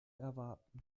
erwarten